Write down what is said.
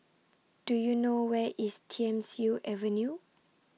Do YOU know Where IS Thiam Siew Avenue